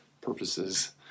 purposes